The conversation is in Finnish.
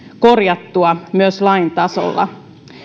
korjattua myös lain tasolla